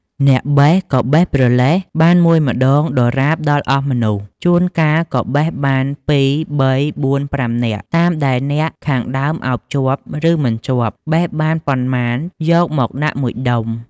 អ្នកបេះក៏បេះប្រលេះ បានមួយម្តងដរាបដល់អស់មនុស្ស ជួនកាលក៏បេះបាន ២ ៣ ៤ ៥ នាក់ តាមដែលអ្នកខាងដើមឱបជាប់ ឬមិនជាប់ បេះបានប៉ុន្មានយកមកដាក់១ដុំ។